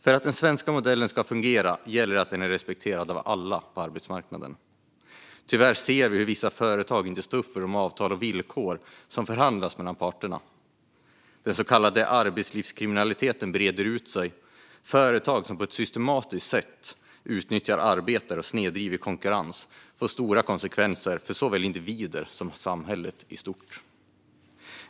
För att den svenska modellen ska fungera gäller det att den är respekterad av alla på arbetsmarknaden. Tyvärr ser vi hur vissa företag inte står upp för de avtal och villkor som förhandlats mellan parterna. Den så kallade arbetslivskriminaliteten breder ut sig. Företag som på ett systematiskt sätt utnyttjar arbetare och snedvrider konkurrensen får stora konsekvenser för såväl individer som samhället i stort.